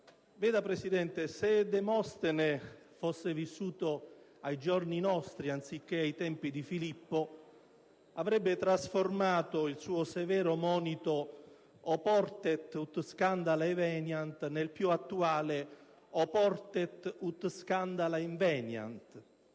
Veda, Presidente, se Demostene fosse vissuto ai giorni nostri anziché ai tempi di Filippo avrebbe trasformato il suo severo monito «*oportet ut scandala eveniant*» nel più attuale «*oportet ut scandala inveniant*».